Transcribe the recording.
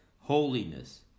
Holiness